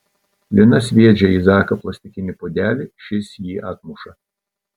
lina sviedžia į zaką plastikinį puodelį šis jį atmuša